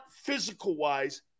physical-wise